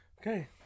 Okay